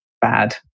bad